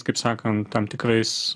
kaip sakant tam tikrais